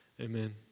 amen